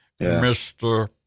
Mr